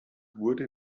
wurde